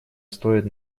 стоит